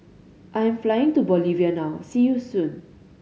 I am flying to Bolivia now See you soon